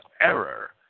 error